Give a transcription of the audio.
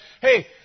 Hey